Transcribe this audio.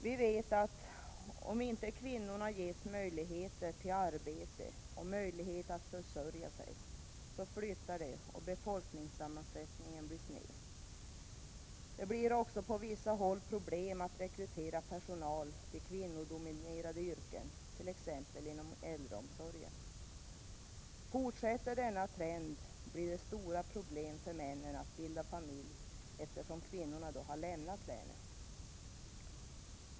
Vi vet att om inte kvinnor ges möjligheter till arbete och försörjning flyttar de, och befolkningssammansättningen blir sned. Det blir också på vissa håll problem att rekrytera personal till kvinnodominerade yrken, t.ex. inom äldreomsorgen. Fortsätter denna trend blir det stora problem för männen att bilda familj, eftersom kvinnorna har lämnat länet.